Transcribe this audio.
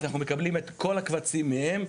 אנחנו מקבלים את כל הקבצים מהם,